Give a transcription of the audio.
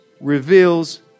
reveals